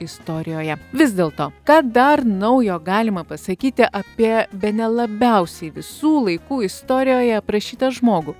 istorijoje vis dėl to ką dar naujo galima pasakyti apie bene labiausiai visų laikų istorijoje aprašytą žmogų